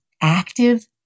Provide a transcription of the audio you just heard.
active